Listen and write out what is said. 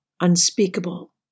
unspeakable